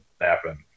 happen